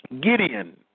Gideon